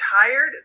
tired